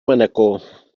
manacor